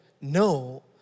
no